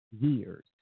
years